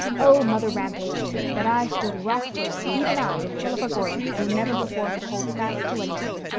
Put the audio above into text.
oh, mother rampaged. but i stood rockfirm even i, philippa gordon, who never before could hold fast to anything.